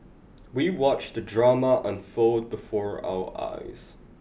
we watched the drama unfold before our eyes